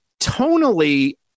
tonally